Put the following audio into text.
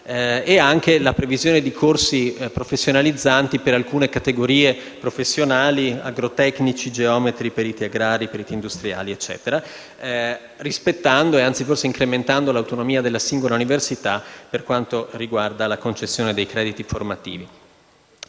e la previsione di corsi professionalizzanti per alcune categorie professionali come agrotecnici, geometri, periti agrari e industriali, rispettando e, forse, incremento l'autonomia della singola università per quanto riguarda la concessione dei crediti formativi.